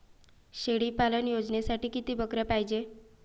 शेळी पालन योजनेसाठी किती बकऱ्या पायजे?